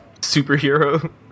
superhero